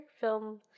film